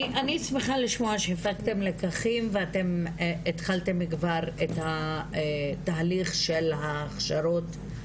אני שמחה לשמוע שהפקתם לקחים ואתם התחלתם כבר התהליך של ההכשרות,